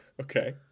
okay